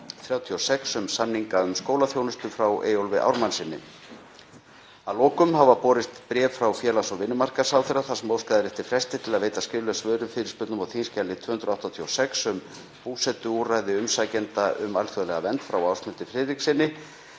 1036, um samninga við skólaþjónustu, frá Eyjólfi Ármannssyni. Að lokum hafa borist bréf frá félags- og vinnumarkaðsráðherra þar sem óskað er eftir fresti til að veita skrifleg svör við fyrirspurnum á þskj. 286, um búsetuúrræði umsækjenda um alþjóðlega vernd, frá Ásmundi Friðrikssyni,